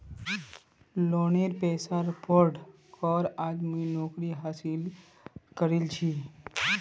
लोनेर पैसात पढ़ कर आज मुई नौकरी हासिल करील छि